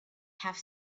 have